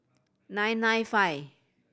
nine nine five